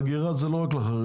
האגירה זה לא רק לחרדים,